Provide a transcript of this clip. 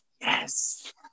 yes